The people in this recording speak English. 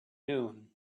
noon